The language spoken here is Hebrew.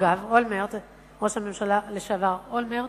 אגב, ראש הממשלה לשעבר אולמרט,